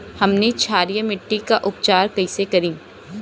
हमनी क्षारीय मिट्टी क उपचार कइसे करी?